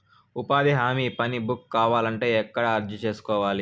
ఉపాధి హామీ పని బుక్ కావాలంటే ఎక్కడ అర్జీ సేసుకోవాలి?